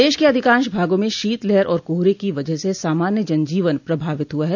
प्रदेश के अधिकांश भागों में शीतलहर और कोहरे की वजह से सामान्य जन जीवन प्रभावित हुआ है